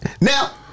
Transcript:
Now